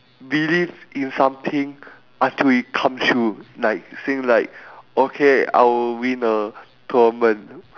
believe in something until it come true like say like okay I will win a tournament